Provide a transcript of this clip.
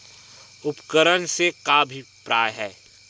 उपकरण से का अभिप्राय हे?